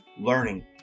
learning